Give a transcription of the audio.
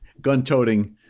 gun-toting